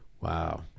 Wow